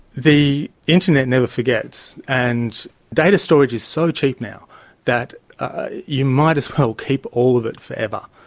the internet never forgets. and data storage is so cheap now that you might as well keep all of it forever.